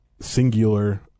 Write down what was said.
singular